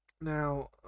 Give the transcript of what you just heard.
Now